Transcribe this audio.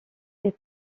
est